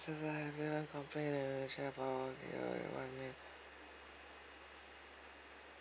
having one complain and share your problem